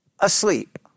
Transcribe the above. asleep